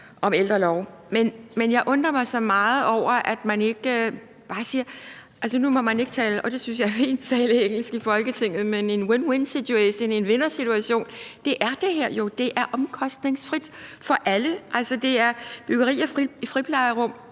en ældrelov. Men jeg undrer mig så meget over, at man ikke bare – og nu må man ikke, og det synes jeg er fint, tale engelsk i Folketinget, men alligevel – siger: Det er en win-win-situation, altså en vindersituation. Det er det her jo; det er omkostningsfrit for alle. Altså, byggeri af friplejehjem